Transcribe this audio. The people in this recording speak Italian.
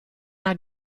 una